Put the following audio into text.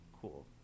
Cool